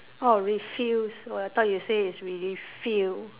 oh refuse oh I thought you say is refill